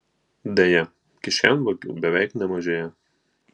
deja kišenvagių beveik nemažėja